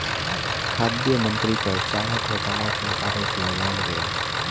खाद्य मंत्री पर चारा घोटाला के आरोप लगायल गेल